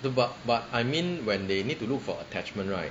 no but but I mean when they need to look for attachment right